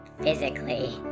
physically